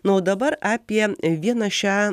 na o dabar apie vieną šią